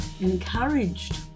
encouraged